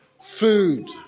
food